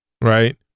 Right